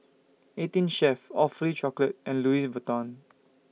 eighteen Chef Awfully Chocolate and Louis Vuitton